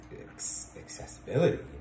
accessibility